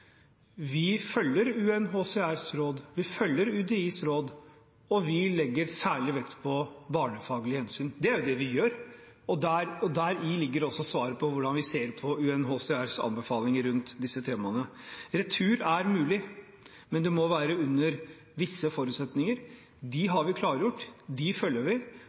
Vi følger UNHCRs råd, vi følger UDIs råd og vi legger særlig vekt på barnefaglige hensyn – det er jo det vi gjør, og deri ligger også svaret på hvordan vi ser på UNHCRs anbefalinger rundt disse temaene. Retur er mulig, men det må være under visse forutsetninger. Dem har vi klargjort, dem følger vi,